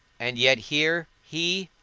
and yet here, he,